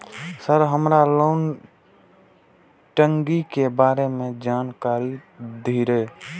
Sir हमरा loan टंगी के बारे में जान कारी धीरे?